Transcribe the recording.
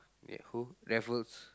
ya who Raffles